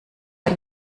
der